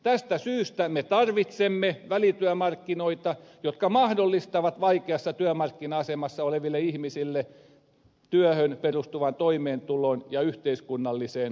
tästä syystä me tarvitsemme välityömarkkinoita jotka mahdollistavat vaikeassa työmarkkina asemassa oleville ihmisille työhön perustuvan toimeentulon ja yhteiskunnallisen osallisuuden